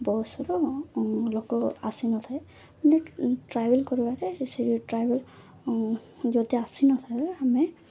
ବସ୍ର ଲୋକ ଆସିନଥାଏ ମାନେ ଟ୍ରାଭେଲ୍ କରିବାରେ ସେ ଟ୍ରାଭେଲ୍ ଯଦି ଆସିନଥାଏ ଆମେ